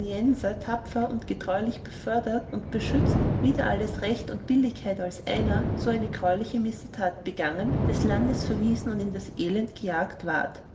tapfer und getreulich befördert und beschützet wider alles recht und billigkeit als einer so eine greuliche missetat begangen des landes verwiesen und in das elend verjaget ward